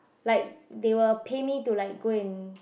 like they will pay me to like go and